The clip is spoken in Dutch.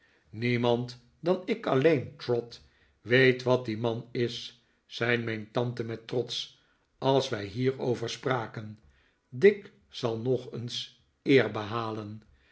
niemand dan ik alleen trot weet wat die man is zei mijn tante met trots als wij hierover spraken dick z al nog eens eer behalen